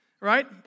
right